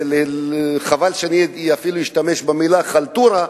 וחבל שאני אפילו אשתמש במלה "חלטורה",